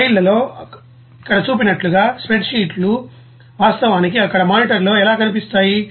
స్లయిడ్లలో ఇక్కడ చూపినట్లుగా స్ప్రెడ్షీట్లు వాస్తవానికి అక్కడ మానిటర్లో ఎలా కనిపిస్తాయి